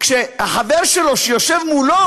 כשהחבר שלו שיושב מולו